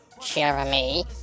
Jeremy